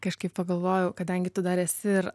kažkaip pagalvojau kadangi tu dar esi ir